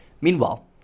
Meanwhile